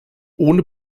ohne